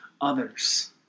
others